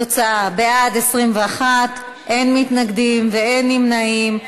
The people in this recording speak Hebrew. התוצאה: בעד, 21, אין מתנגדים ואין נמנעים.